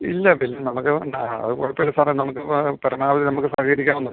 ഇല്ല പിന്നെ നമുക്ക് ഉണ്ടായ അത് കുഴപ്പം ഇല്ല സാറേ നമുക്ക് പരമാവധി നമുക്ക് സഹകരിക്കാവുന്നതാണ്